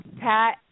Pat